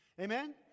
Amen